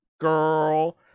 girl